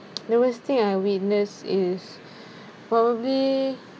the worst thing I witnessed is probably